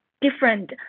different